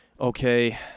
okay